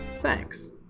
Thanks